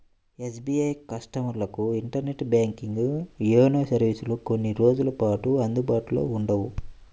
SBI కస్టమర్లకు internet banking, YONO సర్వీసులు కొన్ని రోజుల పాటు అందుబాటులో ఉండవు